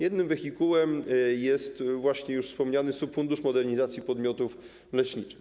Jednym wehikułem jest właśnie już wspomniany subfundusz modernizacji podmiotów leczniczych.